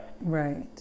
Right